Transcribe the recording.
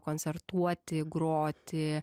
koncertuoti groti